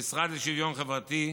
המשרד לשוויון חברתי,